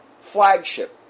flagship